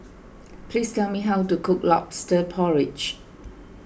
please tell me how to cook Lobster Porridge